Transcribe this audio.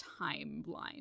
timeline